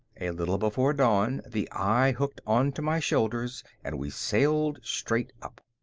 a little before dawn, the eye hooked onto my shoulders and we sailed straight up.